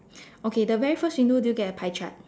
okay the very first window do you get a pie chart